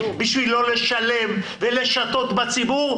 בשביל לא לשלם ולשטות בציבור.